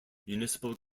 municipal